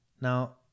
Now